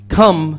come